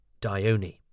Dione